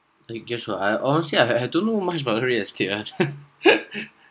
eh guess what I honestly I had had don't know much about real estate ah